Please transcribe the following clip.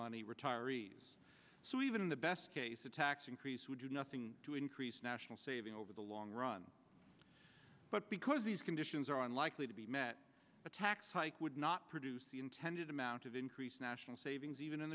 money retirees so even in the best case a tax increase would do nothing to increase national savings over the long run but because these conditions are unlikely to be met a tax hike would not produce the intended amount of increase national savings even in